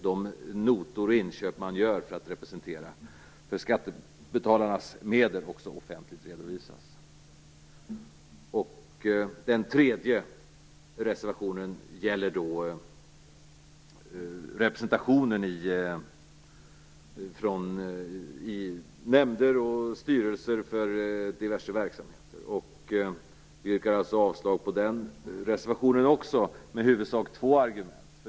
De notor och kvitton på inköp som man gör för skattebetalarnas medel redovisas ju offentligt. Den tredje reservationen gäller representationen i nämnder och styrelser. Vi yrkar avslag också på den reservationen med i huvudsak två argument.